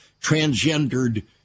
transgendered